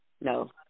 No